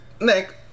Nick